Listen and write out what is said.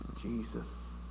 Jesus